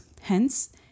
Hence